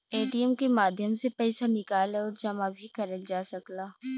ATM के माध्यम से पइसा निकाल आउर जमा भी करल जा सकला